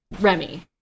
Remy